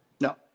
No